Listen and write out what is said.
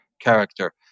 character